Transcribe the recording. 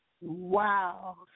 Wow